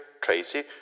tracy